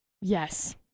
Yes